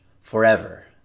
forever